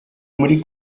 muri